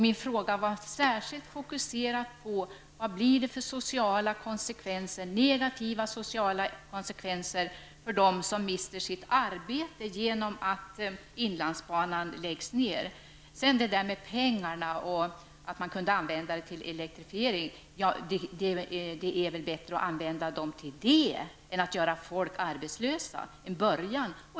Min fråga var särskilt fokuserad på vilka negativa sociala konsekvenser som uppstår för dem som mister sitt arbete genom att inlandsbanan läggs ned. Det är väl ändock bättre att använda pengarna till elektrifiering än att göra folk arbetslösa. Det skulle vara en början.